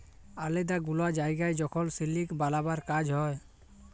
আলেদা গুলা জায়গায় যখল সিলিক বালাবার কাজ হ্যয়